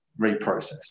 reprocessed